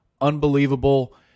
unbelievable